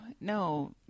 no